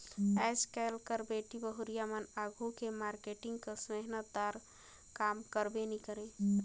आएज काएल कर बेटी बहुरिया मन आघु के मारकेटिंग कस मेहनत दार काम करबे नी करे